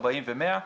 40 ו-100,